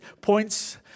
points